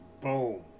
boom